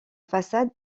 façade